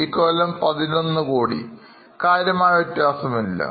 ഈ കൊല്ലം 11 കോടി കാര്യമായ വ്യത്യാസമില്ല